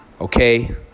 Okay